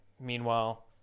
meanwhile